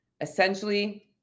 essentially